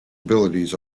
abilities